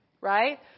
right